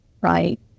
right